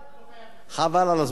חבל על הזמן.